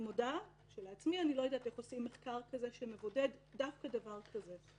אני מודה שלעצמי אני לא יודעת איך עושים מחקר כזה שמבודד דווקא דבר כזה.